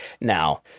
Now